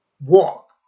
walk